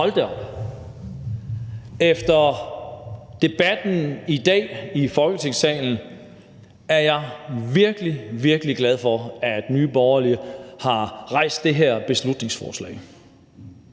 Hold da op! Efter debatten i dag i Folketingssalen er jeg virkelig, virkelig glad for, at Nye Borgerlige har fremsat det her beslutningsforslag.